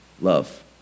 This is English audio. love